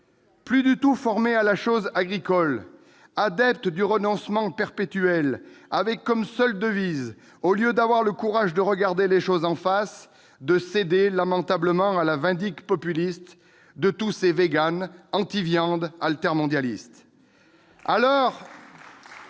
plus du tout formés à la chose agricole et adeptes du renoncement perpétuel, qui ont pour seule devise, au lieu d'avoir le courage de regarder les choses en face, de céder lamentablement à la vindicte populiste de tous ces, anti-viande, altermondialistes.